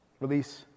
Release